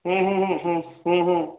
হুম হুম হুম হুম হুম হুম